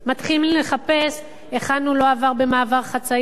מתחילים לחפש היכן הוא לא עבר במעבר חצייה